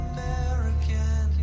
American